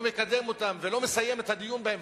לא מקדם אותן ולא מסיים את הדיון בהן,